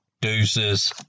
Deuces